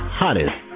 hottest